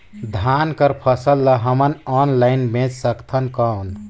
धान कर फसल ल हमन ऑनलाइन बेच सकथन कौन?